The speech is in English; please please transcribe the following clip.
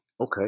Okay